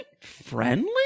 friendly